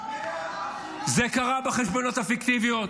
-- זה קרה בחשבוניות הפיקטיביות.